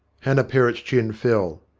hannah perrott's chin fell.